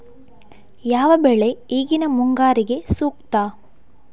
ಯಾವ ಬೆಳೆ ಈಗಿನ ಮುಂಗಾರಿಗೆ ಸೂಕ್ತ?